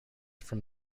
from